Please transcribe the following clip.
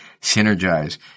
synergize